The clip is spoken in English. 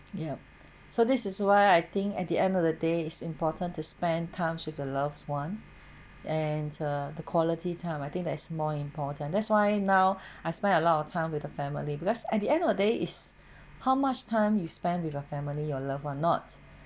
yup so this is why I think at the end of the day is important to spend times with the loved one and err the quality time I think that is more important that's why now I spend a lot of time with the family because at the end of the day is how much time you spend with your family your love one not